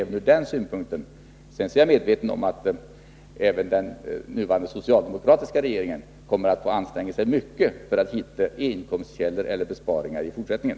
Sedan är jag medveten om att även den nuvarande socialdemokratiska regeringen kommer att få anstränga sig mycket för att hitta inkomstkällor eller besparingar i fortsättningen.